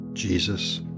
Jesus